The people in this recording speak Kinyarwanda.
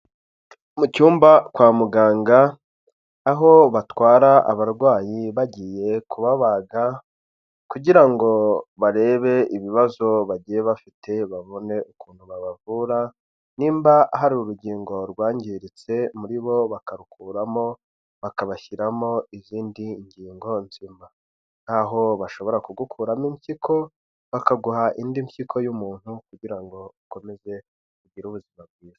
Mu cyumba kwa muganga aho batwara abarwayi bagiye kubabaga kugira ngo barebe ibibazo bagiye bafite babone ukuntu babavura nimba hari urugingo rwangiritse muri bo bakarukuramo bakabashyiramo izindi ngingo nzima naho bashobora kugukuramo impyiko bakaguha indi mpyiko y'umuntu kugira ngo ukomeze ugire ubuzima bwiza.